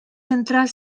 centrar